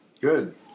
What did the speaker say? Good